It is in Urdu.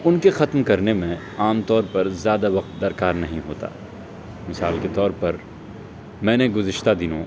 ان کے ختم کرنے میں عام طور پر زیادہ وقت درکار نہیں ہوتا مثال کے طور پر میں نے گزشتہ دنوں